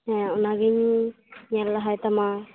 ᱦᱮᱸ ᱚᱱᱟᱜᱤᱧ ᱧᱮᱞ ᱞᱟᱦᱟᱭ ᱛᱟᱢᱟ